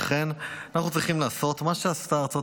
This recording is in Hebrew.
לכן אנחנו צריכים לעשות מה שעשתה ארצות